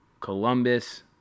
Columbus